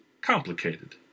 complicated